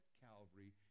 Calvary